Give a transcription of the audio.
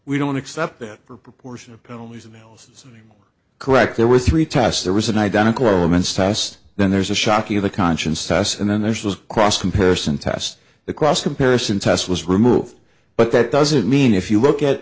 we don't accept that for a proportion of penalties avails is correct there were three tests there was an identical elements test then there's a shocking the conscience test and then there's was cross comparison test the cross comparison test was removed but that doesn't mean if you look at